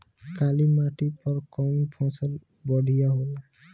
काली माटी पर कउन फसल बढ़िया होला?